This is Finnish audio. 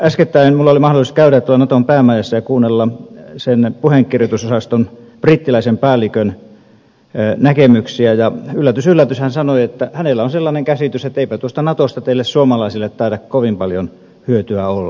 äskettäin minulla oli mahdollisuus käydä naton päämajassa ja kuunnella sen puheenkirjoitusosaston brittiläisen päällikön näkemyksiä ja yllätys yllätys hän sanoi että hänellä on sellainen käsitys että eipä tuosta natosta teille suomalaisille taida kovin paljon hyötyä olla